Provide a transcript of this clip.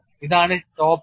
ഇതാണ് top view